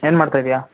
ಏನು ಮಾಡ್ತಾ ಇದ್ದೀಯಾ